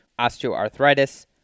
osteoarthritis